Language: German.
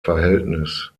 verhältnis